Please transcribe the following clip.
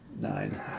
Nine